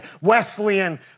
Wesleyan